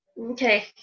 Okay